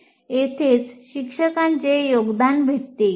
येथेच शिक्षकाचे योगदान भेटते